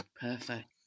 Perfect